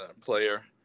Player